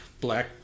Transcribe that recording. black